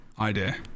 idea